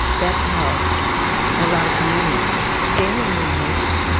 that's how a lot of comedians they don't really make it,